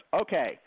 Okay